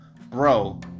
Bro